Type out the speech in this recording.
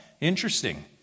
interesting